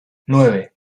nueve